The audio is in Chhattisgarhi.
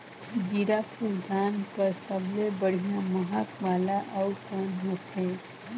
जीराफुल धान कस सबले बढ़िया महक वाला अउ कोन होथै?